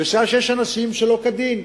בשעה שיש אנשים שמקבלים שלא כדין.